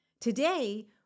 Today